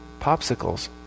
popsicles